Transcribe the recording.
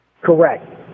correct